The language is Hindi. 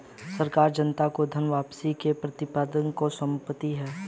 सरकार जनता को धन वापसी के प्रतिज्ञापत्र को सौंपती है